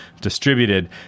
distributed